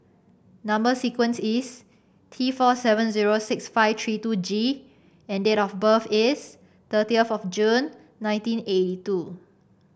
number sequence is T four seven zero six five three two G and date of birth is thirtieth of June nineteen eighty two